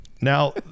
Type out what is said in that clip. now